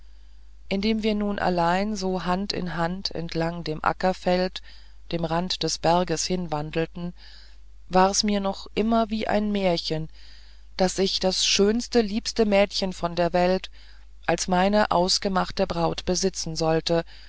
indem wir nun allein so hand in hand entlang dem ackerfeld am rand des bergs hinwandelten war mir's noch immer wie ein märchen daß ich das schönste liebste mädchen von der welt als meine ausgemachte braut besitzen sollte